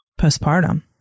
postpartum